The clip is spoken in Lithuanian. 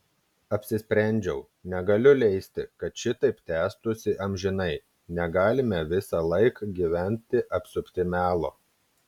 apsisprendžiau negaliu leisti kad šitaip tęstųsi amžinai negalime visąlaik gyventi apsupti melo